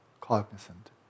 cognizant